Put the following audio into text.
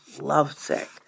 lovesick